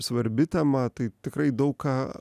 svarbi tema tai tikrai daug ką